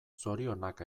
zorionak